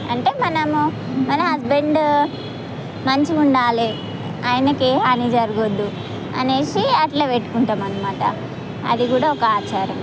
అంటే మనము మన హస్బెండ్ మంచిగా ఉండాలి ఆయనకి ఏమి హానీ జరగద్దు అని అట్లా పెట్టుకుంటాము అన్నమాట అది కూడా ఒక ఆచారం